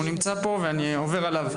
הוא נמצא פה ואני עובר עליו.